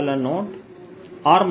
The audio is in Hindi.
ri rj